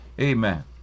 amen